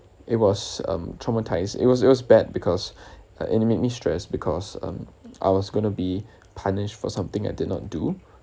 it was um traumatised it was it was bad because uh it made me stress because um I was gonna be punished for something I did not do